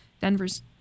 Denver's